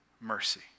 mercy